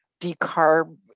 decarb